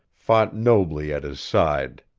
fought nobly at his side.